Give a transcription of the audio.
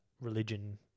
religion